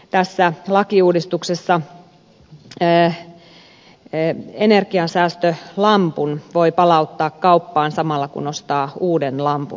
tässä lakiuudistuksessa energiansäästölampun voi palauttaa kauppaan samalla kun ostaa uuden lampun